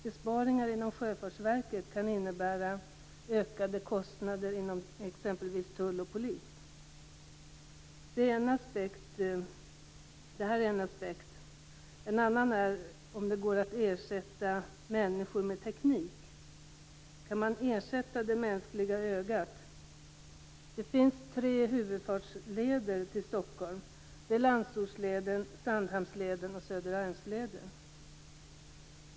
Besparingar inom Sjöfartsverket kan innebära ökade kostnader inom exempelvis tull och polis. En annan aspekt är om det går att ersätta människor med teknik. Kan man ersätta det mänskliga ögat? Det finns tre huvudinfartsleder till Stockholm: Landsortsleden, Sandhamnsleden och Söderarmsleden.